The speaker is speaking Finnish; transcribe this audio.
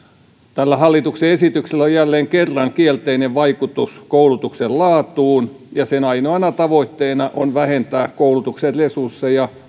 tällä hallituksen esityksellä on jälleen kerran kielteinen vaikutus koulutuksen laatuun ja sen ainoana tavoitteena on vähentää koulutuksen resursseja